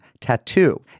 tattoo